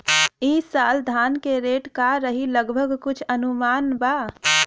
ई साल धान के रेट का रही लगभग कुछ अनुमान बा?